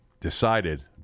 decided